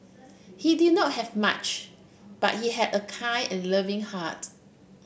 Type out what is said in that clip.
he did not have much but he had a kind and loving heart